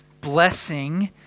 blessing